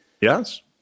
Yes